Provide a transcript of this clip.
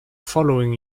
following